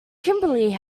kimberly